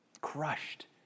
crushed